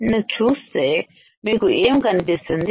ను చూస్తే మీకు ఏమి కనిపిస్తుంది